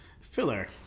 filler